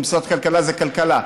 או משרד הכלכלה אם זה כלכלה.